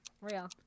Real